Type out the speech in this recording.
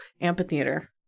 amphitheater